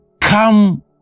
Come